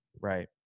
Right